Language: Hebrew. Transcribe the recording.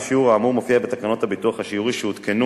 השיעור האמור מופיע בתקנות הביטוח השיורי שהותקנו